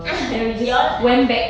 you all